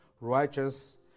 righteous